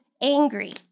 angry